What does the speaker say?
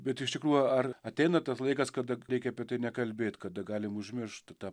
bet iš tikrųjų ar ateina tas laikas kada reikia apie tai nekalbėt kada galime užmiršt tą